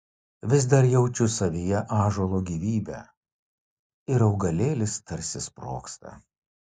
vis dar jaučiu savyje ąžuolo gyvybę ir augalėlis tarsi sprogsta